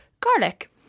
garlic